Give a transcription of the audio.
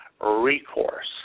recourse